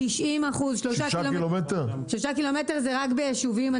שישה קילומטרים, זה כל היישוב.